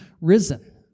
risen